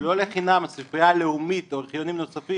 לא לחינם הספרייה הלאומית או ארכיונים נוספים